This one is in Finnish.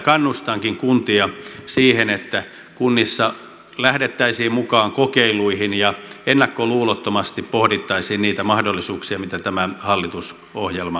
kannustankin kuntia siihen että kunnissa lähdettäisiin mukaan kokeiluihin ja ennakkoluulottomasti pohdittaisiin niitä mahdollisuuksia mitä tämä hallitusohjelma antaa